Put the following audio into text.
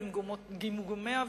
גמגומיה וניסיונותיה,